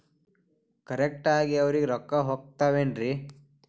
Correct ಆಗಿ ಅವರಿಗೆ ರೊಕ್ಕ ಹೋಗ್ತಾವೇನ್ರಿ?